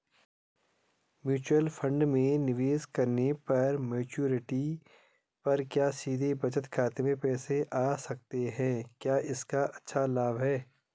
Mutual fund में निवेश करने पर मैच्योरिटी पर क्या सीधे बचत खाते में पैसे आ सकते हैं क्या इसका अच्छा लाभ है?